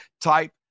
type